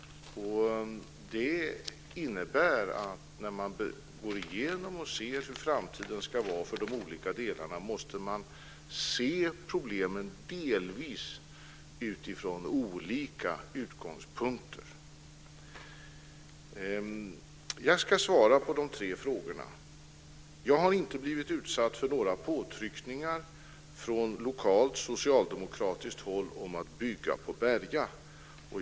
Det innebär att när man går igenom och ser hur framtiden ska vara för de olika delarna måste man delvis se problemen utifrån olika utgångspunkter. Jag ska svara på de tre frågorna. Jag har inte blivit utsatt för några påtryckningar från lokalt socialdemokratiskt håll om att bygga på Berga.